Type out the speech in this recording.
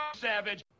Savage